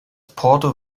porto